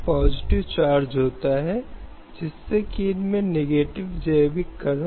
ये भारतीय संविधान के अनुच्छेद 19 से निकलते हैं